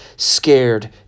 scared